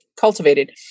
cultivated